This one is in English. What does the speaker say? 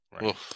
Right